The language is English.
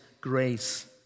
grace